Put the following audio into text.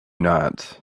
not